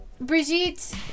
Brigitte